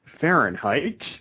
Fahrenheit